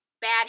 Bad